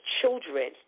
children